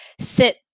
sit